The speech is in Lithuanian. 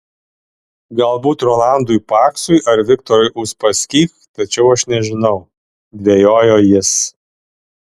galbūt rolandui paksui ar viktorui uspaskich tačiau aš nežinau dvejojo jis